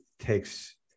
takes